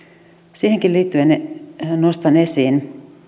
siihenkin liittyen nostan esiin